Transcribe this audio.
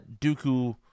Dooku